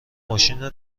ماشینو